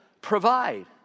provide